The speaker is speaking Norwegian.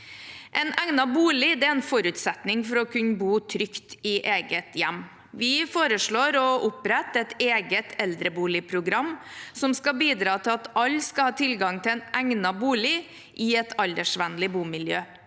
En egnet bolig er en forutsetning for å kunne bo trygt i eget hjem. Vi foreslår å opprette et eget eldreboligprogram som skal bidra til at alle har tilgang til en egnet bolig i et aldersvennlig bomiljø.